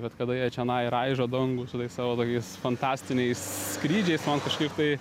bet kada jie čionai raižo dangų su tais savo tokias fantastiniais skrydžiais man kažkaip tai